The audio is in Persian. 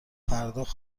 پرداخت